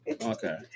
okay